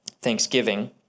Thanksgiving